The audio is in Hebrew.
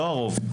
לא הרוב,